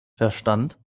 verstand